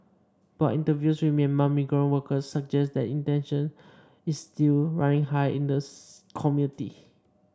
but interviews with Myanmar migrant workers suggest that tension is still running high in the community